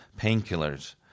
painkillers